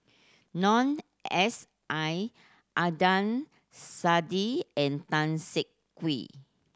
Noor S I Adnan Saidi and Tan Siak Kue